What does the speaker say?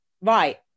right